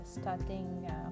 starting